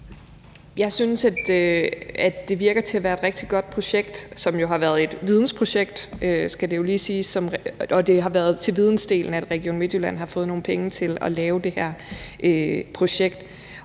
Jeg synes, at det lader til at være et rigtig godt projekt, som jo har været et vidensprojekt – det skal lige siges – og det har været til vidensdelen, at Region Midtjylland har fået nogle penge til at lave det her projekt.